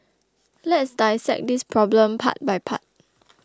let's dissect this problem part by part